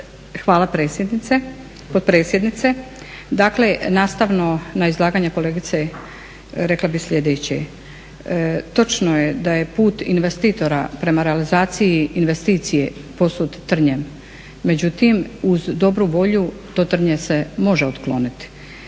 potpredsjednice. Dakle, nastavno na izlaganje kolegice rekla bih sljedeće. Točno je da je put investitora prema realizaciji investicije posut trnjem, međutim uz dobru volju to trnje se može otkloniti.